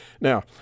Now